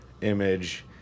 image